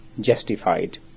justified